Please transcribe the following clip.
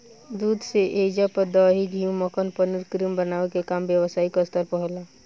दूध से ऐइजा पर दही, घीव, मक्खन, पनीर, क्रीम बनावे के काम व्यवसायिक स्तर पर होला